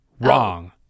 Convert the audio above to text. Wrong